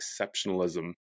exceptionalism